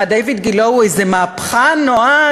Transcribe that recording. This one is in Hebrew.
מה, דיויד גילה הוא איזה מהפכן נועז?